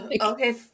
Okay